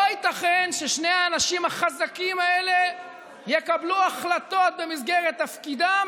לא ייתכן ששני האנשים החזקים האלה יקבלו החלטות במסגרת תפקידם